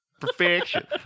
Perfection